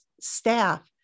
staff